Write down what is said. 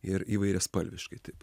ir įvairiaspalviškai taip